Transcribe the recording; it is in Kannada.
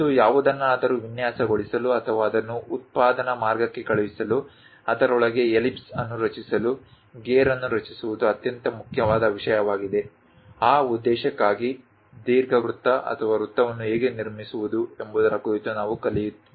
ಮತ್ತು ಯಾವುದನ್ನಾದರೂ ವಿನ್ಯಾಸಗೊಳಿಸಲು ಅಥವಾ ಅದನ್ನು ಉತ್ಪಾದನಾ ಮಾರ್ಗಕ್ಕೆ ಕಳುಹಿಸಲು ಅದರೊಳಗೆ ಎಲಿಪ್ಸ್ ಅನ್ನು ರಚಿಸಲು ಗೇರ್ ಅನ್ನು ರಚಿಸುವುದು ಅತ್ಯಂತ ಮುಖ್ಯವಾದ ವಿಷಯವಾಗಿದೆ ಆ ಉದ್ದೇಶಕ್ಕಾಗಿ ದೀರ್ಘವೃತ್ತ ಅಥವಾ ವೃತ್ತವನ್ನು ಹೇಗೆ ನಿರ್ಮಿಸುವುದು ಎಂಬುದರ ಕುರಿತು ನಾವು ಕಲಿಯುತ್ತಿದ್ದೇವೆ